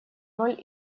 роль